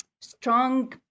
strong